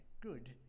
good